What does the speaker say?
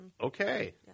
Okay